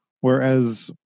Whereas